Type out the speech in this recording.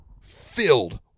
filled